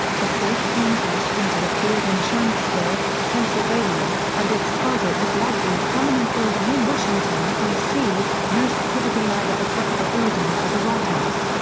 the fourth plane crashed into a field in shanksville, pennsylvania, and its target was likely a prominent building in washington, d c, most probably either the capitol building or the white house.